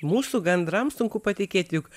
mūsų gandrams sunku patikėti juk